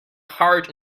hard